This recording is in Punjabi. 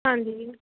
ਹਾਂਜੀ ਜੀ